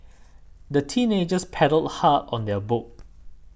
the teenagers paddled hard on their boat